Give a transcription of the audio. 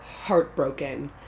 heartbroken